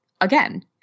again